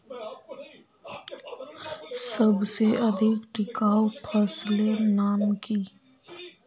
सबसे अधिक टिकाऊ फसलेर नाम की?